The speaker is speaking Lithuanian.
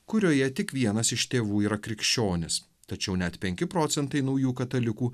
kurioje tik vienas iš tėvų yra krikščionis tačiau net penki procentai naujų katalikų